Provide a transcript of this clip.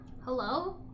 hello